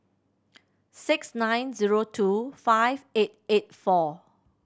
six nine zero two five eight eight four